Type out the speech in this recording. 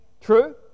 True